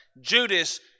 Judas